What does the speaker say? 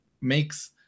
makes